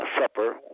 Supper